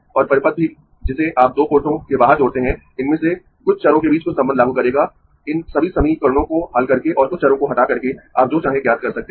और परिपथ भी जिसे आप दो पोर्टों के बाहर जोड़ते है इनमें से कुछ चरों के बीच कुछ संबंध लागू करेगा इन सभी समीकरणों को हल करके और कुछ चरों को हटा करके आप जो चाहे ज्ञात कर सकते है